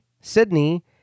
Sydney